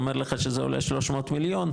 אומר לך שזה עולה 300 מיליון,